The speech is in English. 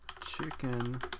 Chicken